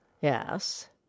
Yes